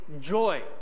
joy